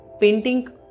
painting